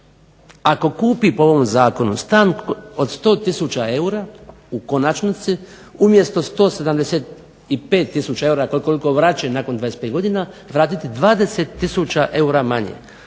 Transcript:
ako kupi po ovom zakonu stan od 100 tisuća eura u konačnici umjesto 175 tisuća eura koliko vraća nakon 25 godina, vratiti 20 tisuća eura manje.